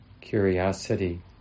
curiosity